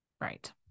right